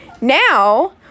Now